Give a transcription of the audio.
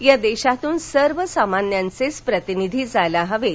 या देशातून सर्वसामान्यांवेच प्रतिनिधी जायला हवेत